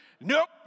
Nope